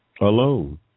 alone